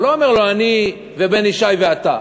הוא לא אומר לו: אני ובן ישי ואתה,